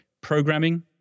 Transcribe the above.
programming